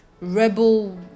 rebel